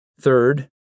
Third